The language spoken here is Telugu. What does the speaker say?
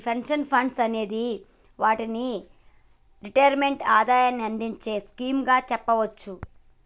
మీ పెన్షన్ ఫండ్స్ అనే వాటిని రిటైర్మెంట్ ఆదాయాన్ని అందించే స్కీమ్ గా చెప్పవచ్చు